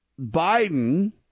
Biden